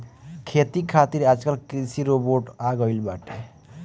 खेती खातिर आजकल कृषि रोबोट आ गइल बाटे